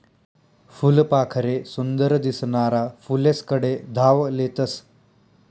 फुलपाखरे सुंदर दिसनारा फुलेस्कडे धाव लेतस